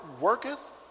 worketh